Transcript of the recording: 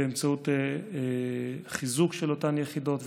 באמצעות חיזוק של אותן יחידות,